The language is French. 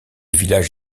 village